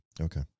Okay